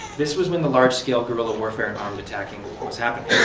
this was when the large-scale guerrilla warfare and armed attacking was happening.